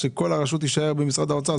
שכל הרשות תישאר במשרד האוצר.